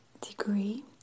degree